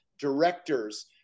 directors